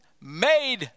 made